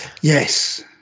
yes